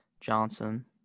Johnson